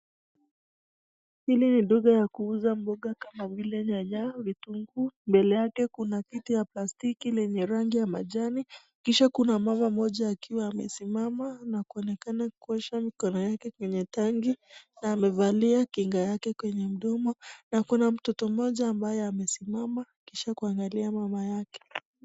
Hili ni duka ya kuuza mboga ama vile nyanya vitinguu mbele yake kuna kitu ya plastiki lenye rangi ya machani Kisha Kuna mama moja akiwa anasimama na kuonekana anoshwa mkono yake kwenye tangi na amefalia kinga yake kwenye mdomo Kuna mtoto moja ambaye amesimama Kisha kuangalia mama yake.